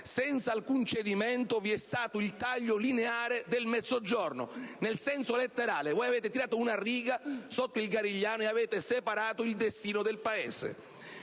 Senza alcun cedimento vi è stato il taglio lineare al Mezzogiorno, nel senso letterale: avete tirato una riga sotto il Garigliano e separato il destino del Paese.